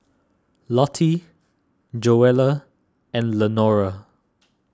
Lottie Joella and Lenora